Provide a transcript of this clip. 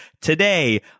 today